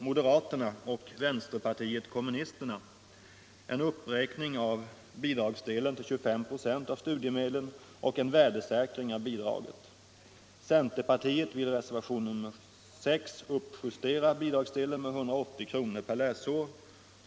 Centerpartiet vill i reservationen 6 uppjustera bidragsdelen med 180 kr. per läsår.